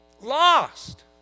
Lost